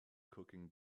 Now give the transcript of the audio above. cooking